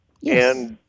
Yes